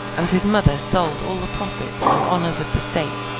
and his mother sold all the profits and honours of the state,